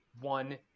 one